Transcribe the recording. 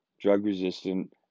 drug-resistant